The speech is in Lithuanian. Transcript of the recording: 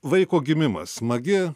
vaiko gimimas smagi